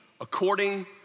according